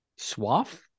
Swaf